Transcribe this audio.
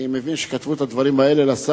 אני מבין שכתבו את הדברים האלה לשר,